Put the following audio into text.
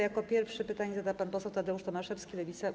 Jako pierwszy pytanie zada pan poseł Tadeusz Tomaszewski, Lewica.